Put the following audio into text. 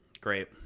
Great